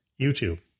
YouTube